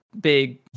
big